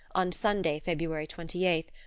on sunday, february twenty eighth,